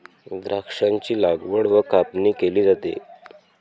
द्राक्षांची लागवड व कापणी केली जाते